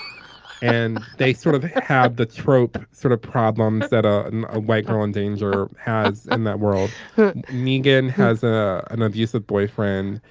and they sort of have the trope sort of problems that a and ah white girl in danger or has in and that world negan has ah an abusive boyfriend.